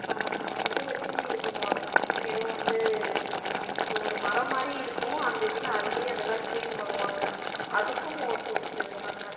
அந்த இதை வச்சு இது பண்ணுவாங்க எதோ வந்து ஒரு மரம் மாதிரி இருக்கும் அந்த இதில் அள்ளி அதெல்லாம் க்ளீன் பண்ணுவாங்க அதுக்கும் மோட்டரு வச்சிருக்கிறாங்க